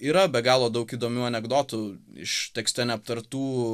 yra be galo daug įdomių anekdotų iš tekste neaptartų